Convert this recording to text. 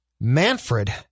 Manfred